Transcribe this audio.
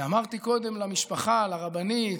אמרתי קודם למשפחה, לרבנית,